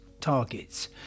targets